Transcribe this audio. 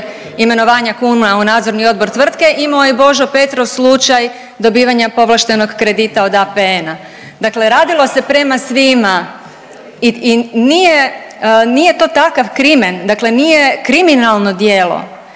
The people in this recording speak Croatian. imenovanja kuna u nadzorni odbor tvrtke, imao je Božo Petrov slučaj dobivanja povlaštenog kredita od APN-a. Dakle, radilo se prema svima i nije to takav crimen, dakle nije kriminalno djelo,